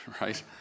right